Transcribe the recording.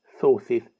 sources